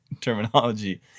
terminology